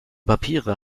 papiere